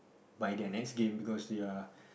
by their next game because they are